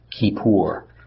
kippur